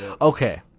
Okay